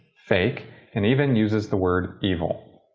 fake and even uses the word evil.